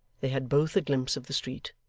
they had both a glimpse of the street.